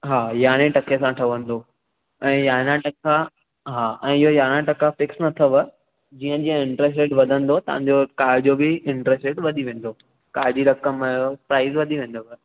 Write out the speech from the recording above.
हा यारहें टके सां ठहंदो ऐं यारहां टका हां ऐं इहो यारहां टका फिक्स न अथव जीअं जीअं इंटरेस्ट रेट वधंदो तव्हांजो तव्हां जो बि इंटरेस्ट रेट वधी वेंदो कार जी रक़म जो प्राइस वधी वेंदव